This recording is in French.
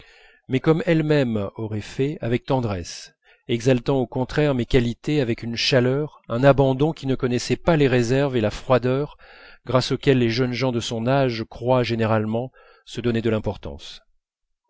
mais comme elle-même aurait fait avec tendresse exaltant au contraire mes qualités avec une chaleur un abandon qui ne connaissaient pas les réserves et la froideur grâce auxquelles les jeunes gens de son âge croient généralement se donner de l'importance